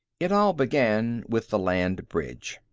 it all began with the land bridge.